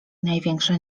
największe